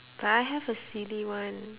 but I have a silly one